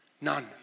None